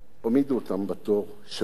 העמידו אותם בתור שעות,